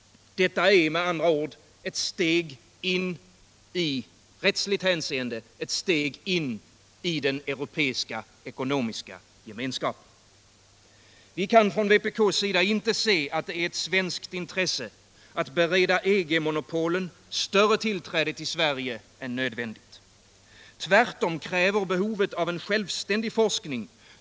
Detta är med andra ord i rättsligt hänseende ett steg in i den curopeiska ekonomiska gemenskapen. Vi kan från vpk:s sida inte se att det är ett svenskt intresse att bereda EG monopolen större tillträde till Sverige än nödvändigt. Tvärtom kräver behovet av en självständig forskning.